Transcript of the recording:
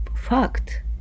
fact